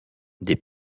des